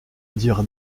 dire